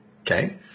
Okay